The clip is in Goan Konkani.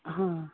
हां